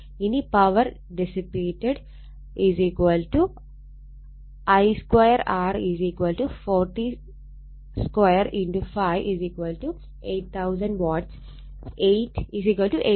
ഇനി power dissipated I2 R 402 5 8000 Watts8 KW